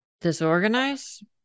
Disorganized